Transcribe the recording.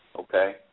Okay